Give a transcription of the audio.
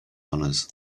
honors